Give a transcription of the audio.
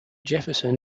jefferson